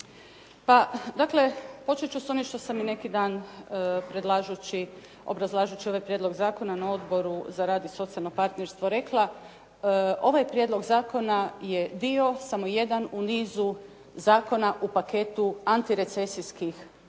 Pa dakle, počet ću sa onim što sam i neki dan predlažući, obrazlažući ovaj prijedlog zakona na Odboru za rad i socijalno partnerstvo rekla. Ovaj prijedlog zakona je dio samo jedan u nizu zakona u paketu antirecesijskih mjera